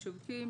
משווקים,